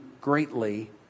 greatly